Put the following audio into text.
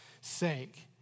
sake